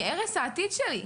כהרס העתיד שלי.